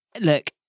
Look